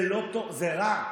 זה לא טוב, זה רע.